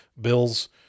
Bill's